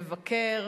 לבקר,